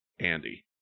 Andy